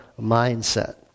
mindset